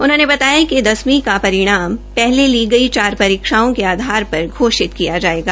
उन्होंने बताया कि दसर्वी का परिणाम पहले ली गई चार परीक्षाओं क आधारपर भी घोषित किया जायेगा